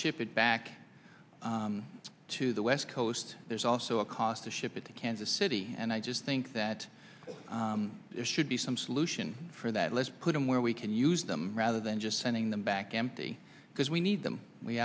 ship it back to the west coast there's also a cost to ship it to kansas city and i just think that there should be some solution for that let's put them where we can use them rather than just sending them back empty because we need them we